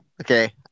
Okay